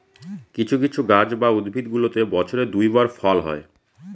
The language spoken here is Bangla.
কিছু কিছু গাছ বা উদ্ভিদগুলোতে বছরে দুই বার ফল হয়